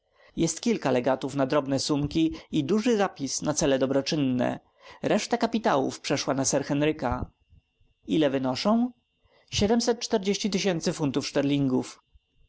jest kilka legatów na drobne sumki i duży zapis na cele dobroczynne reszta kapitałów przeszła na sir henryka ile wynoszą funtów szterlingów